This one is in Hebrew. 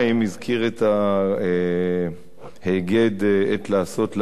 הזכיר את ההיגד "עת לעשות לה'